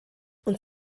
und